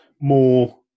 more